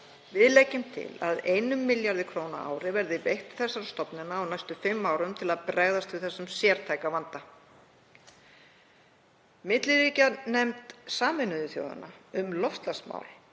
Við leggjum til að einn milljarður króna verði veittur á ári til þessara stofnana á næstu fimm árum til að bregðast við þessum sértæka vanda. Milliríkjanefnd Sameinuðu þjóðanna um loftslagsmál